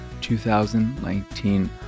2019